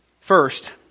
first